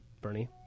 Bernie